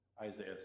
Isaiah